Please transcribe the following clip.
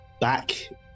back